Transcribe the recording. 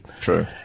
True